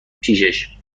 پیشش